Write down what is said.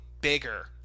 bigger